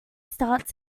start